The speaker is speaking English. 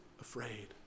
afraid